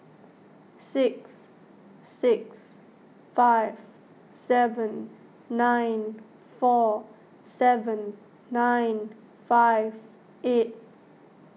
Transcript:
six six five seven nine four seven nine five eight